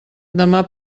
demà